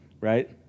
right